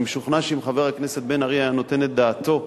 אני משוכנע שאם חבר הכנסת בן-ארי היה נותן את דעתו,